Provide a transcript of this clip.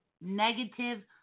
negative